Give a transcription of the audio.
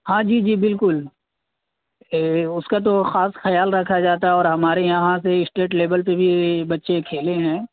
ہاں جی جی بالکل اس کا تو خاص خیال رکھا جاتا ہے اور ہمارے یہاں سے اسٹیٹ لیول پہ بھی بچے کھیلے ہیں